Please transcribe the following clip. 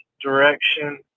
direction